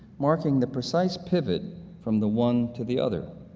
marking the precise pivot from the one to the other.